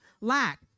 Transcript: lack